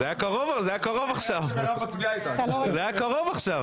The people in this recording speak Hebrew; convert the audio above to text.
הצבעה בעד, 8